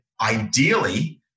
ideally